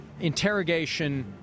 interrogation